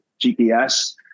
GPS